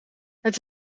het